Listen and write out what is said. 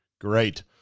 Great